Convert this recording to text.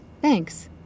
Thanks